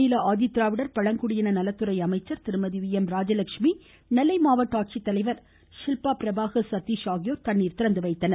மாநில ஆதிதிராவிடர் பழங்குடியின நலத்துறை அமைச்சர் திருமதி வி எம் ராஜலட்சுமி நெல்லை மாவட்ட ஆட்சித்தலைவர் ஷில்பா பிரபாகர் சதீஷ் ஆகியோர் தண்ணீரை திறந்துவைத்தனர்